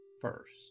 first